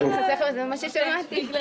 התשפ"א-2021 אושרה.